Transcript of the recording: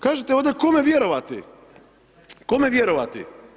Kažete ovdje, kome vjerovati kome vjerovati.